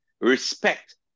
Respect